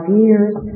years